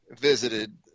visited